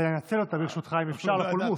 אז אני אנצל אותה, ברשותך, אם אפשר, לפולמוס.